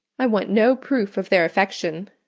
i want no proof of their affection,